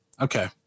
okay